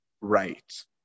right